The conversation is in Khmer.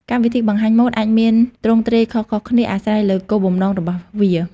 កម្មវិធីបង្ហាញម៉ូដអាចមានទ្រង់ទ្រាយខុសៗគ្នា អាស្រ័យលើគោលបំណងរបស់វា។